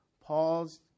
Paul's